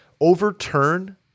overturn